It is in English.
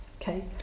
Okay